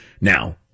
Now